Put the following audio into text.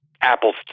apples